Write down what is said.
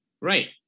Right